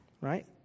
Right